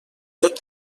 tot